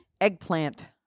Eggplant